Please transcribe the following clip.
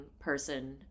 person